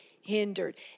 hindered